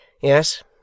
yes